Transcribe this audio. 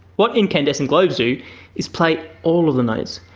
what incandescent globes do is play all of the notes,